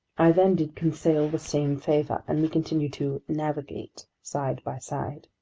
i then did conseil the same favor, and we continued to navigate side by side.